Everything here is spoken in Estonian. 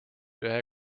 ühe